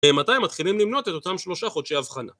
מתי הם מתחילים למנות את אותם שלושה חודשי אבחנה?